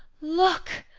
look!